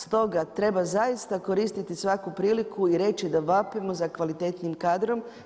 Stoga, treba zaista koristiti svaku priliku i reći da vapimo za kvalitetnim kadrom.